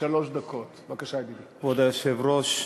כבוד היושב-ראש,